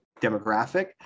demographic